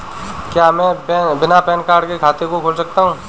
क्या मैं बिना पैन कार्ड के खाते को खोल सकता हूँ?